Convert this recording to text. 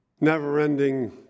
never-ending